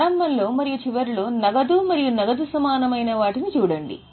ప్రారంభంలో మరియు చివరిలో నగదు మరియు నగదు సమానమైన వాటిని చూడండి